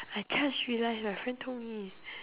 I just realise my friend told me